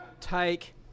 take